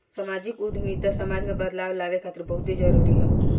सामाजिक उद्यमिता समाज में बदलाव लावे खातिर बहुते जरूरी ह